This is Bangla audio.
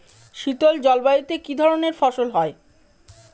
শীতল জলবায়ুতে কি ধরনের ফসল হয়?